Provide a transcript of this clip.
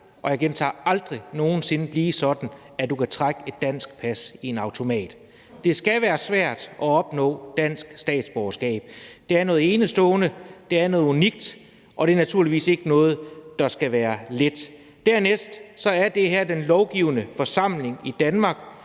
og jeg gentager, aldrig – nogen sinde blive sådan, at du kan trække et dansk pas i en automat. Det skal være svært at opnå dansk statsborgerskab. Det er noget enestående, det er noget unikt, og det er naturligvis ikke noget, der skal være let. Dernæst er det her den lovgivende forsamling i Danmark,